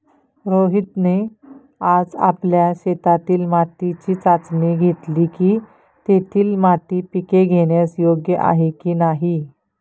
रोहितने आज आपल्या शेतातील मातीची चाचणी घेतली की, तेथील माती पिके घेण्यास योग्य आहे की नाही